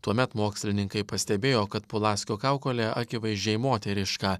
tuomet mokslininkai pastebėjo kad pulaskio kaukolė akivaizdžiai moteriška